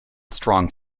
strong